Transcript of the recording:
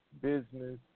business